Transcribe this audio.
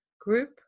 group